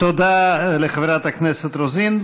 תודה לחברת הכנסת רוזין.